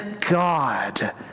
God